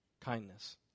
kindness